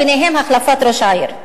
וביניהן החלפת ראש העיר.